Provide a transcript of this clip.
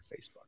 Facebook